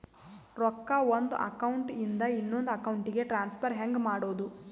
ರೊಕ್ಕ ಒಂದು ಅಕೌಂಟ್ ಇಂದ ಇನ್ನೊಂದು ಅಕೌಂಟಿಗೆ ಟ್ರಾನ್ಸ್ಫರ್ ಹೆಂಗ್ ಮಾಡೋದು?